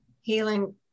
healing